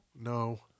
no